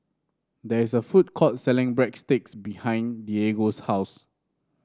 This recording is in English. there is a food court selling Breadsticks behind Diego's house